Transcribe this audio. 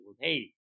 hey